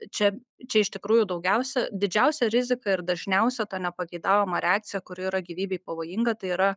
čia čia iš tikrųjų daugiausia didžiausią riziką ir dažniausią tą nepageidaujamą reakciją kuri yra gyvybei pavojinga tai yra